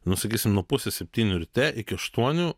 nu sakysim nuo pusės septynių ryte iki aštuonių